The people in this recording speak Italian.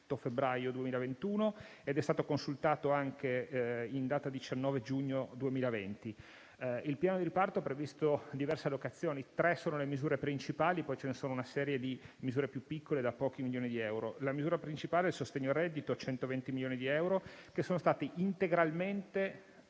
febbraio 2021 ed è stato consultato anche in data 19 giugno 2020. Il piano di riparto ha previsto diverse allocazioni. Tre sono le misure principali, poi vi è una serie di misure più piccole, da pochi milioni di euro. La misura principale è il sostegno reddito, 120 milioni di euro che sono stati interamente